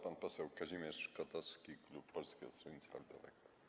Pan poseł Kazimierz Kotowski, klub Polskiego Stronnictwa Ludowego.